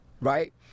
right